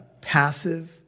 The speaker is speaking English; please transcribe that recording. passive